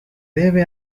debe